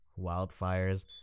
wildfires